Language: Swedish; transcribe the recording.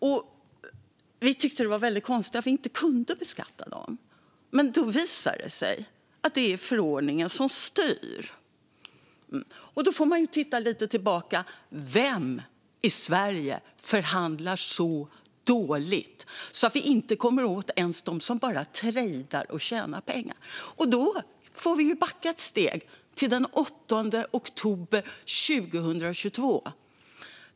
Vi tyckte att det var väldigt konstigt att vi inte kunde beskatta dem, men det visar sig att det är förordningen som styr. Då får man titta lite tillbaka på vem i Sverige som förhandlar så dåligt att vi inte kommer åt ens dem som bara trejdar och tjänar pengar, och då får vi backa ett steg till den 8 oktober 2022.